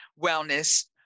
wellness